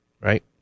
right